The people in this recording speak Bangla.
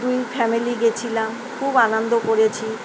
দুই ফ্যামিলি গিয়েছিলাম খুব আনন্দ করেছি